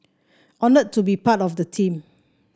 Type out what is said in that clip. honoured to be part of the team